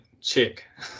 check